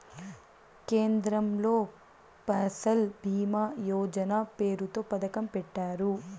కేంద్రంలో ఫసల్ భీమా యోజన పేరుతో పథకం పెట్టారు